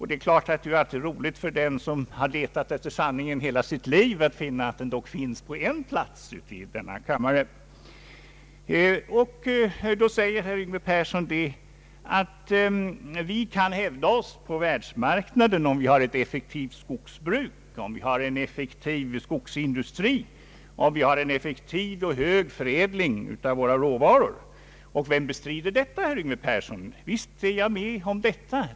Det är klart att det är roligt för en som letat efter sanningen i hela sitt liv att upptäcka att den dock finns på en plats i denna kammare; Då säger herr Yngve Persson att vi kan hävda oss på världsmarknaden om vi har ett effektivt skogsbruk, en effektiv skogsindustri, en effektiv och hög förädling av våra råvaror. Och vem bestrider detta, herr Yngve Persson?